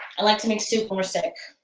i like to make soup when we're sick.